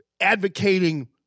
advocating